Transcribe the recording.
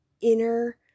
inner